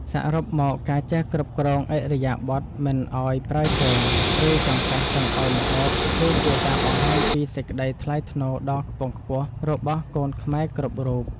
សរុបមកការចេះគ្រប់គ្រងឥរិយាបថមិនឱ្យប្រើជើង ឬចង្កឹះចង្អុលម្ហូបគឺជាការបង្ហាញពីសេចក្តីថ្លៃថ្នូរដ៏ខ្ពង់ខ្ពស់របស់កូនខ្មែរគ្រប់រូប។